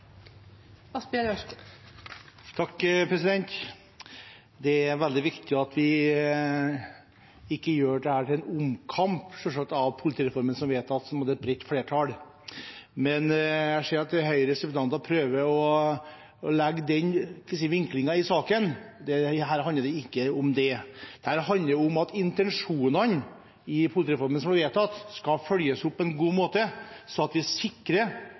veldig viktig at vi ikke gjør dette til en omkamp om politireformen, som er vedtatt med et bredt flertall. Jeg ser at Høyres representanter prøver å legge – hva skal jeg si – den vinklingen i saken, men her handler det ikke om det. Her handler det om at intensjonene i politireformen som er vedtatt, skal følges opp på en god måte, slik at vi sikrer